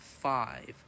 five